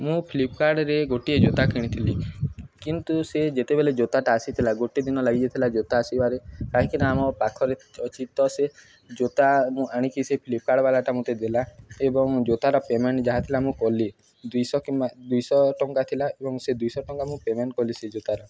ମୁଁ ଫ୍ଲିପକାର୍ଟରେ ଗୋଟିଏ ଜୋତା କିଣିଥିଲି କିନ୍ତୁ ସେ ଯେତେବେଲେ ଜୋତାଟା ଆସିଥିଲା ଗୋଟେ ଦିନ ଲାଗିଯାଇଥିଲା ଜୋତା ଆସିବାରେ କାହିଁକିନା ଆମ ପାଖରେ ଅଛି ତ ସେ ଜୋତା ମୁଁ ଆଣିକି ସେ ଫ୍ଲିପକାର୍ଟ୍ ବାଲାଟା ମୋତେ ଦେଲା ଏବଂ ଜୋତାଟା ପେମେଣ୍ଟ ଯାହା ଥିଲା ମୁଁ କଲି ଦୁଇ ଶହ କିମ୍ବା ଦୁଇ ଶହ ଟଙ୍କା ଥିଲା ଏବଂ ସେ ଦୁଇ ଶହ ଟଙ୍କା ମୁଁ ପେମେଣ୍ଟ କଲି ସେ ଜୋତାର